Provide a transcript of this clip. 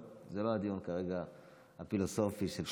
אבל כרגע זה לא הדיון הפילוסופי של פרשת השבוע.